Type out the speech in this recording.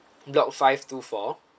block five two four